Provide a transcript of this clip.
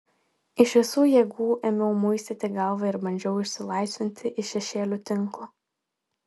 iš visų jėgų ėmiau muistyti galvą ir bandžiau išsilaisvinti iš šešėlių tinklo